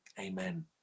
Amen